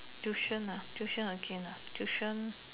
tuition ah tuition again ah tuition